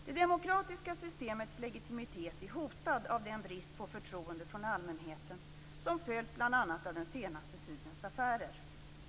Det demokratiska systemets legitimitet är hotat av den brist på förtroende från allmänheten som följt bl.a. av den senaste tidens affärer.